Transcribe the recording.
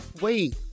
wait